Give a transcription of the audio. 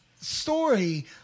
story